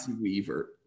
Weaver